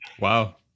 wow